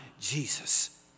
Jesus